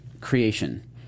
creation